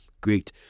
Great